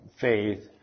faith